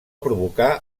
provocà